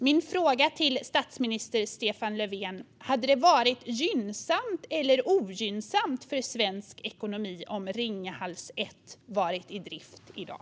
Min fråga till statsminister Stefan Löfven är: Hade det varit gynnsamt eller ogynnsamt för svensk ekonomi om Ringhals 1 varit i drift i dag?